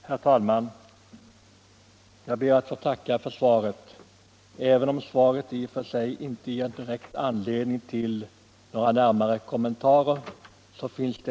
Herr talman! Jag ber att få tacka för svaret på min enkla fråga.